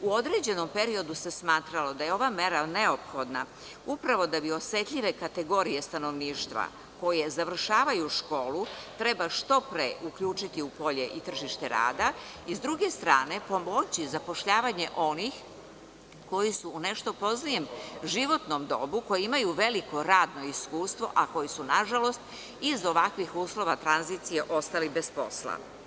U određenom periodu se smatralo da je ova mera neophodna upravo da bi osetljive kategorije stanovništva koje završavaju školu treba što pre uključiti u polje i tržište rada, a sa druge strane pomoći zapošljavanje onih koji su u nešto poznijem, životnom dobu, a koji imaju veliko radno iskustvo, a koji su na žalost zbog ovakvih uslova tranzicije ostali bez posla.